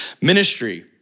Ministry